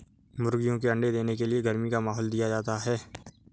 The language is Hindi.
मुर्गियों के अंडे देने के लिए गर्मी का माहौल दिया जाता है